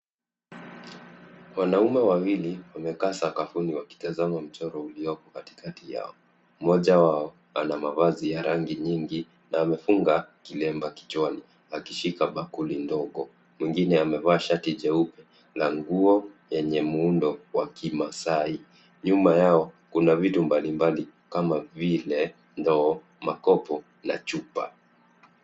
Wanaume wawili wamekaa sakafuni wakitazama mchoro ulioko katikakati yao . Mmoja wao ana mavazi ya rangi nyingi na amefunga kilemba kichwani akishika bakuli ndogo. Mwingine amevaa shati jeupe na nguo yenye muundo wa kimasai. Nyuma yao kuna vitu mbalimbali kama vile ndoo, makopo na chupa.